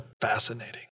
Fascinating